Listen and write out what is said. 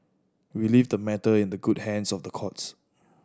we leave the matter in the good hands of the courts